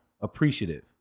appreciative